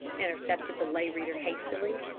intercepted the lay reader hastily.